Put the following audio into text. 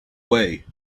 way